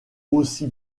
aussi